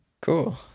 Cool